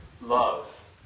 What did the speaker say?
love